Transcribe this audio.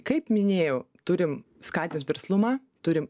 kaip minėjau turim skatint verslumą turim